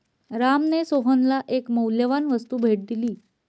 रामने सोहनला एक मौल्यवान वस्तू भेट दिली